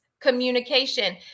communication